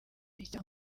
icyo